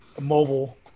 mobile